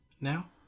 now